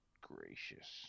gracious